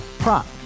Prop